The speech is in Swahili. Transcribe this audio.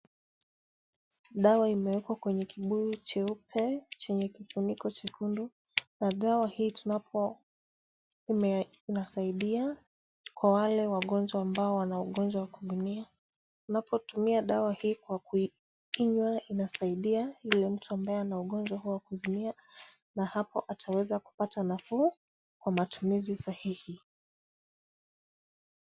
Dawa imewekwa kwenye kibuyu cheupe chenye kifuniko chekundu na dawa hii tunapoikunywa inasaidia kwa wale wagonjwa ambao wana ugonjwa wa kuzimia. Unapotumia dawa hii kwa kuikunywa inasaidia huyo mtu ambaye ana ugonjwa wa kuzimia na hapo ataweza kupata nafuu kwa matumizi sahihi.